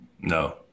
No